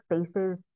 spaces